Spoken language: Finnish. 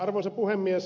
arvoisa puhemies